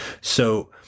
So-